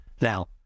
Now